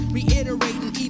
reiterating